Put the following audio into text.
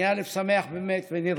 אני באמת שמח ונרגש